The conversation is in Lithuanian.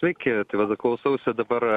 sveiki tai va klausausi dabar